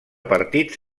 partits